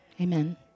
Amen